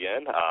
again